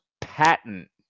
patent